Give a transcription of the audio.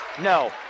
No